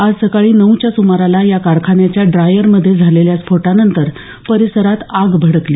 आज सकाळी नऊच्या सुमाराला या कारखान्याच्या डायरमध्ये झालेल्या स्फोटानंतर परिसरात आग भडकली